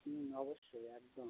হুম অবশ্যই একদম